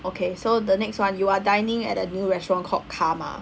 okay so the next one you are dining at a new restaurant called Karma